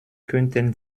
könnten